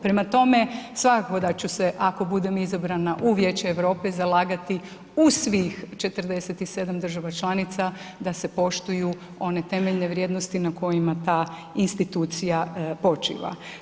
Prema tome, svakako da ću se ako budem izabrana u Vijeće Europe zalagati uz svih 47 država članica da se poštuju one temeljene vrijednosti na kojima ta institucija počiva.